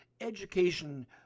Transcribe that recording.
education